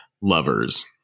Lovers